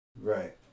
Right